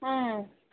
ꯎꯝ